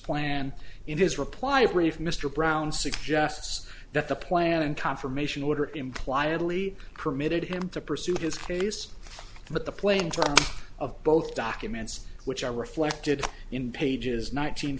plan in his reply if mr brown suggests that the plan and confirmation order imply italy permitted him to pursue his case but the plain terms of both documents which are reflected in pages nine